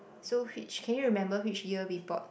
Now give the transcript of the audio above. so which can you remember which year we bought